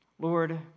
Lord